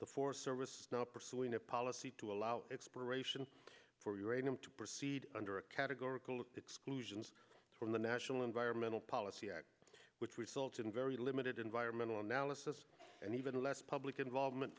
the forest service now pursuing a policy to allow exploration for uranium to proceed under a categorical exclusions from the national environmental policy act which resulted in very limited environmental analysis and even less public involvement